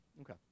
Okay